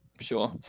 sure